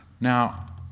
Now